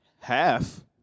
half